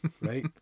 right